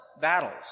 battles